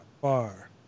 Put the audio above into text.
far